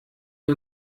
wir